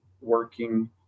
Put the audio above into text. working